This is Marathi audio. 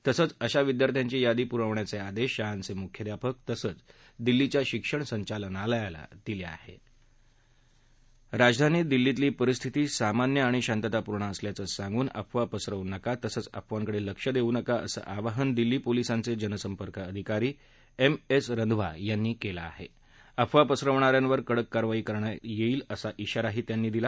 जसंच अशा विद्यार्थ्यांची यादी पुरवण्याच आदधीशाळांचमुख्याध्यापक तसंच दिल्लीच्या शिक्षण संचालनालयाला दिल आहरी राजधानी दिल्लीतली परिस्थिती सामान्य आणि शांततापूर्ण असल्याचं सांगून अफवा पसरवू नका तसंच अफवांकडलिक्ष दस्ति नका असं आवाहन दिल्ली पोलिसांच ज्ञनसंपर्क अधिकारी एम एस रंधवा यांनी कलि आह अफवा पसरवणाऱ्यांवर कडक कारवाई करण्यात यद्दत्रा असा खाारा त्यांनी दिला